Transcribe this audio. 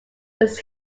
its